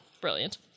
brilliant